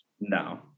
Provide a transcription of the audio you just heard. No